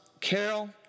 Carol